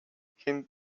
хэнд